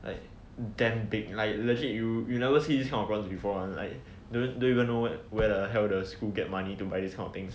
like damn big like legit you you never see this kind of prawn before [one] like don't even know where the hell the school get money to buy this kind of thing